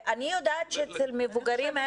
אני יודעת שאצל מבוגרים,